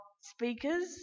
speakers